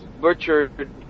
butchered